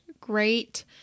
great